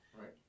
right